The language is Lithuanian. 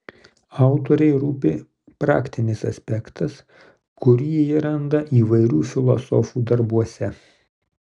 autorei rūpi praktinis aspektas kurį ji randa įvairių filosofų darbuose